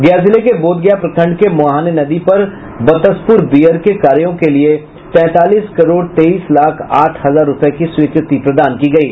गया जिले के बोधगया प्रखंड के मोहाने नदी पर बतसपुर बीयर के कार्यों के लिए तैंतालीस करोड़ तेईस लाख आठ हजार रुपये की स्वीकृति प्रदान की गयी